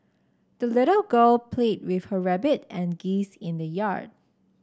the little girl played with her rabbit and geese in the yard